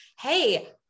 Hey